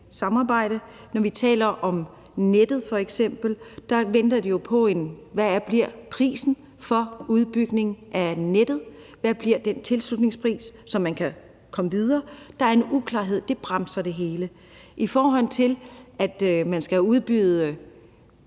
samarbejde. Når vi f.eks. taler om nettet, venter de på, hvad prisen for en udbygning af nettet bliver, hvad den tilslutningspris bliver, så man kan komme videre. Der er en uklarhed, og det bremser det hele. I forhold til at man skal have